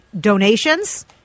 donations